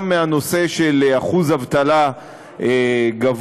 גם מהנושא של אחוז אבטלה גבוה.